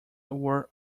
were